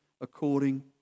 according